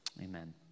Amen